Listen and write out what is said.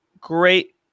great